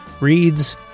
reads